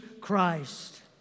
Christ